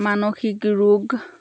মানসিক ৰোগ